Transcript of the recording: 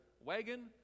wagon